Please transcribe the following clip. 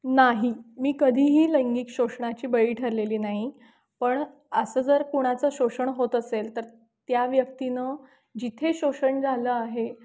नाही मी कधीही लैंगिक शोषणाची बळी ठरलेली नाही पण असं जर कुणाचं शोषण होत असेल तर त्या व्यक्तीनं जिथे शोषण झालं आहे